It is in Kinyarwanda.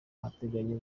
barateganya